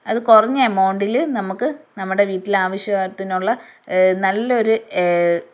അതു കുറഞ്ഞെമൗണ്ടിൽ നമുക്കു നമ്മുടെ വീട്ടിലാവശ്യത്തിനുള്ള നല്ലൊരു